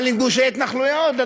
אבל עם גושי התנחלויות,